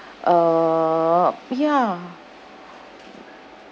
uh ya